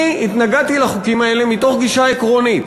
אני התנגדתי לחוקים האלה מתוך גישה עקרונית,